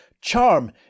charm